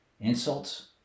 insults